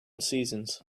seasons